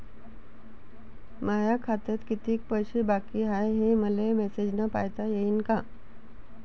माया खात्यात कितीक पैसे बाकी हाय, हे मले मॅसेजन पायता येईन का?